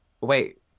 wait